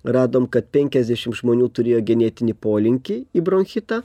radom kad penkiasdešim žmonių turėjo genetinį polinkį į bronchitą